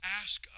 ask